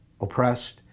oppressed